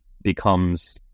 becomes